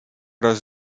raz